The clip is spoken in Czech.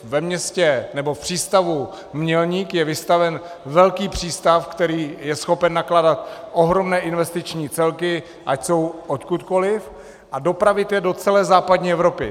Ve městě, nebo v přístavu Mělník je vystavěn velký přístav, který je schopen nakládat ohromné investiční celky, ať jsou odkudkoli, a dopravit je do celé západní Evropy.